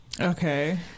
Okay